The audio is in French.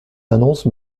d’annonces